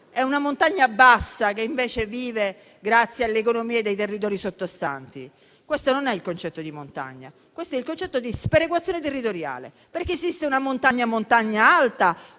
e una montagna bassa che invece vive grazie alle economie dei territori sottostanti. Questo non è il concetto di montagna, questo è il concetto di sperequazione territoriale, perché esiste una montagna alta,